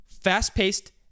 fast-paced